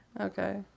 Okay